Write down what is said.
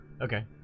Okay